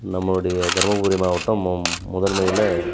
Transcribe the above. நம்மளுடைய தர்மபுரி மாவட்டம் மு முதன்மையில்